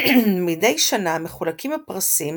מדי שנה מחולקים הפרסים